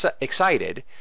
excited